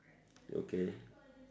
okay